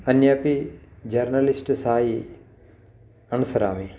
अन्यः अपि जर्नलिस्ट् सायि अनुसरामि